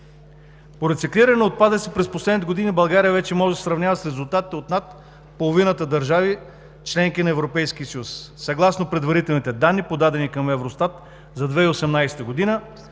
По рециклиране на отпадъците през последните години България вече може да се сравнява с резултатите от над половината държави – членки на Европейския съюз. Съгласно предварителните данни, подадени към Евростат за 2018 г.,